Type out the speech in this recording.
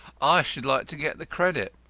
i should like to get the credit.